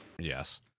Yes